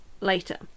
later